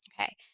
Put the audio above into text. Okay